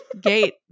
gate